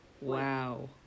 Wow